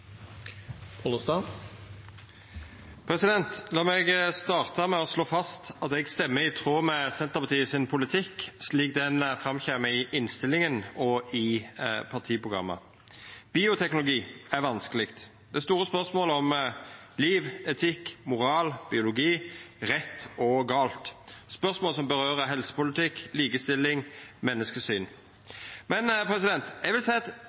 La meg starta med å slå fast at eg røystar i tråd med Senterpartiet sin politikk, slik han går fram av innstillinga og i partiprogrammet. Bioteknologi er vanskeleg – det er store spørsmål om liv, etikk, moral, biologi, rett og feil, spørsmål som gjeld helsepolitikk, likestilling, menneskesyn. Men eg vil